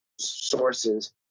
sources